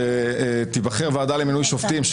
שתיבחר ועדה למינוי שופטים,